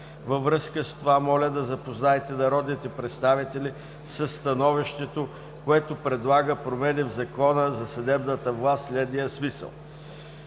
Във връзка с това моля да запознаете народните представители със становището, което предлага промени в Закона за съдебната власт в следния смисъл: